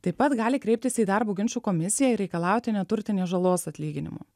taip pat gali kreiptis į darbo ginčų komisiją ir reikalauti neturtinės žalos atlyginimo